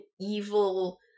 evil